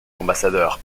ambassadeur